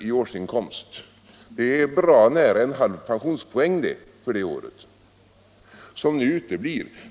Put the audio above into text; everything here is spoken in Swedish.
i årsinkomst är bra nära en halv pensionspoäng för det året — som nu uteblir.